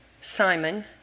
Simon